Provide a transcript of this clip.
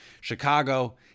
Chicago